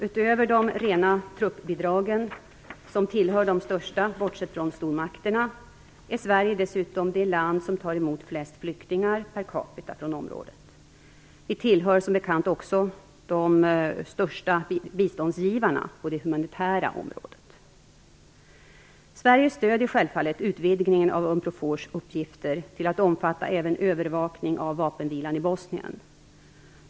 Utöver de rena truppbidragen, som tillhör de största bortsett från stormakternas, är Sverige dessutom det land som tar emot flest flyktingar per capita från området. Vi tillhör som bekant också de största biståndsgivarna på det humanitära området. Sverige stöder självfallet utvidgningen av Unprofors uppgifter till att omfatta även övervakning av vapenvilan i Bosnien.